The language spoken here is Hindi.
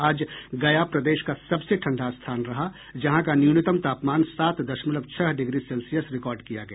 आज गया प्रदेश का सबसे ठंडा स्थान रहा जहां का न्यूनतम तापमान सात दशमलव छह डिग्री सेल्सियस रिकॉर्ड किया गया